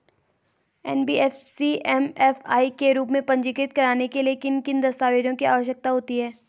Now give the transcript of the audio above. NBFC MFI के रूप में पंजीकृत कराने के लिए किन किन दस्तावेज़ों की आवश्यकता होती है?